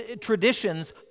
traditions